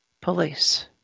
police